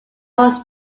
was